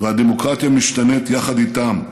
והדמוקרטיה משתנית יחד איתם.